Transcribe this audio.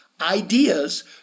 ideas